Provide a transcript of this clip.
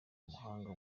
umuhanga